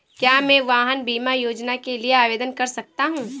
क्या मैं वाहन बीमा योजना के लिए आवेदन कर सकता हूँ?